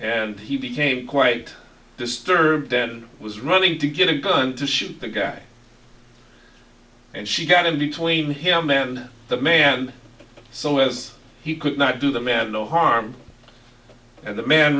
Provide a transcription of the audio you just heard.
and he became quite disturbed and was running to get a gun to shoot the guy and she got him between him and the man so as he could not do the man no harm and the man